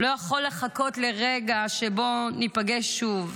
לא יכול לחכות לרגע שבו ניפגש שוב.